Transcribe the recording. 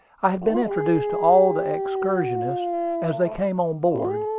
i had been introduced to all the excursionists as they came on board,